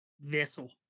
vessel